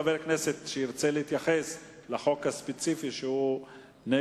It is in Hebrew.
הצעת חוק למניעת הסתננות, התשס"ח 2008,מ/381, ה.